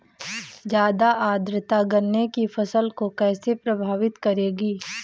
ज़्यादा आर्द्रता गन्ने की फसल को कैसे प्रभावित करेगी?